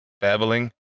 babbling